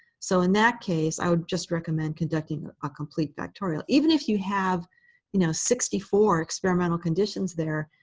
so in that case, i would just recommend conducting a ah complete factorial. even if you have you know sixty four experimental conditions there,